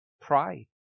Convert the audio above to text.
pride